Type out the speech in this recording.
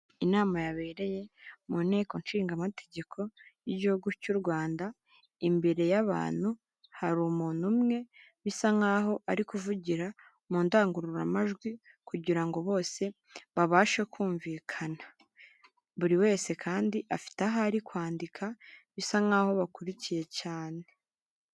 Inama yabereye mu nteko nshingamategeko y'igihugu cy'u Rwanda. Imbere y'abantu hari umuntu umwe bisa nk'aho ari kuvugira mu ndangururamajwi, kugira ngo bose babashe kumvikana. Buri wese kandi afite aho ari kwandika bisa nk'aho bakurikiye cyane.